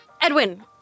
Edwin